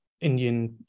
Indian